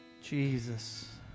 Jesus